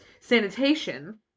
Sanitation